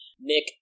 Nick